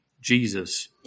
Jesus